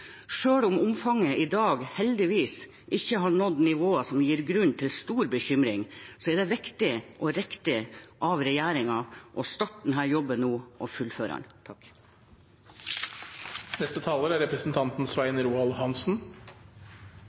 om omfanget i dag heldigvis ikke har nådd nivåer som gir grunn til stor bekymring, er det viktig og riktig av regjeringen nå å starte denne jobben og fullføre den. Det jeg oppfatter som den røde tråden i det man er